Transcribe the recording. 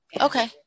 Okay